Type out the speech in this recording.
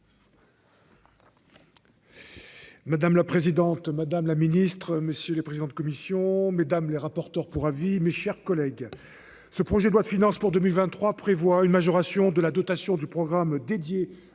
Madame la présidente, madame la ministre, messieurs les présidents de commission mesdames les rapporteurs pour avis, mes chers collègues, ce projet de loi de finances pour 2023 prévoit une majoration de la dotation du programme dédié